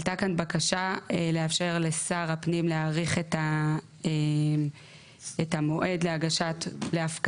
עלתה כאן בקשה לאפשר לשר הפנים להאריך את המועד להפקדת